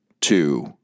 two